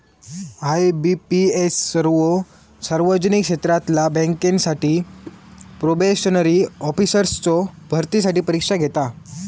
IBPS सर्वो सार्वजनिक क्षेत्रातला बँकांसाठी प्रोबेशनरी ऑफिसर्सचो भरतीसाठी परीक्षा घेता